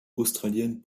australienne